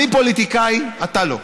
אני פוליטיקאי, אתה לא.